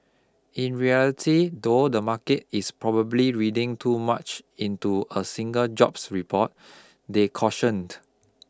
in reality though the market is probably reading too much into a single jobs report they cautioned